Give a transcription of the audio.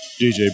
DJ